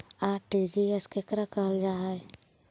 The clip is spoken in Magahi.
आर.टी.जी.एस केकरा कहल जा है?